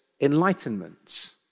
enlightenment